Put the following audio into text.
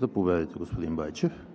Заповядайте, господин Байчев.